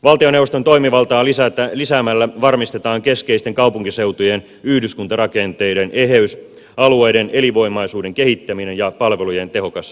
valtioneuvoston toimivaltaa lisäämällä varmistetaan keskeisten kaupunkiseutujen yhdyskuntarakenteiden eheys alueiden elinvoimaisuuden kehittäminen ja palvelujen tehokas järjestäminen